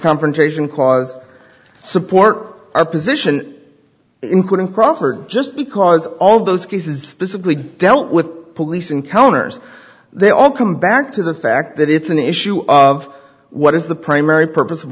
confrontation cause support our position including crawford just because all those cases physically dealt with police encounters they all come back to the fact that it's an issue of what is the primary purpose of